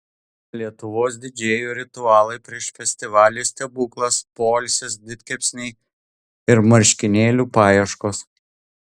lietuvos didžėjų ritualai prieš festivalį stebuklas poilsis didkepsniai ir marškinėlių paieškos